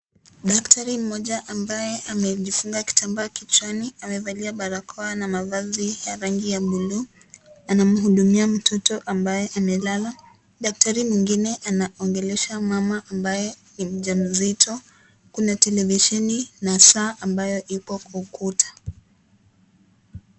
Daktari mmoja ambaye amejifunga kitambaa kichwani amevalia barakoa na mavazi ya rangi ya bluu, anamhudumia mtoto ambaye amelala daktari mwingine anaongelesha mama ambaye ni mja mzito kuna televiseni na saa ambayo iko kwa ukuta.